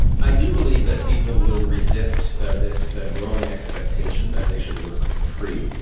i do believe that people will resist this growing expectation that they should work for free.